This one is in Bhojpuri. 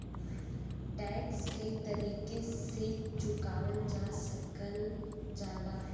टैक्स कई तरीके से चुकावल जा सकल जाला